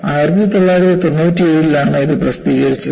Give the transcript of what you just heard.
1997 ലാണ് ഇത് പ്രസിദ്ധീകരിച്ചത്